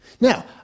Now